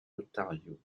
ontario